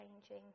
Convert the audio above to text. changing